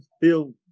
feel